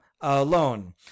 alone